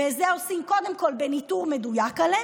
ואת זה עושים קודם כול בניטור מדויק שלהם,